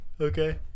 okay